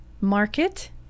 Market